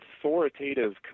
authoritative